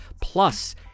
plus